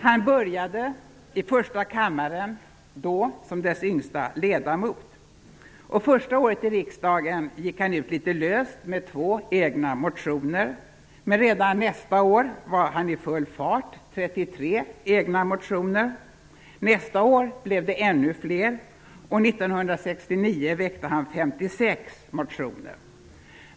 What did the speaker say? Han började i första kammaren, då som dess yngsta ledamot. Första året i riksdagen gick han ut litet löst med två egna motioner, men redan nästa år var han i full fart, 33 egna motioner. Nästa år blev det ännu fler, och 1969 väckte han 56 motioner.